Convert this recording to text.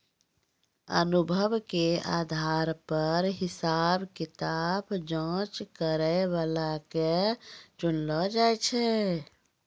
अनुभव के आधार पर हिसाब किताब जांच करै बला के चुनलो जाय छै